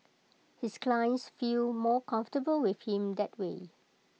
his clients feel more comfortable with him that way